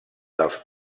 dels